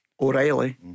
O'Reilly